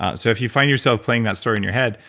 ah so if you find yourself playing that story in your head,